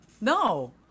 No